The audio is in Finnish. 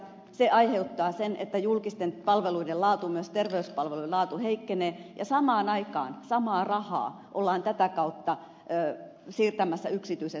se aiheuttaa sen että julkisten palveluiden laatu myös terveyspalvelujen laatu heikkenee ja samaan aikaan samaa rahaa ollaan tätä kautta siirtämässä yksityiselle sektorille